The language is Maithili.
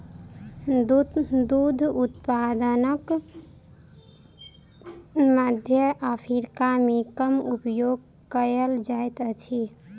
दूध उत्पादनक मध्य अफ्रीका मे कम उपयोग कयल जाइत अछि